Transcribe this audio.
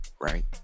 right